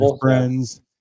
friends